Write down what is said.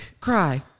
Cry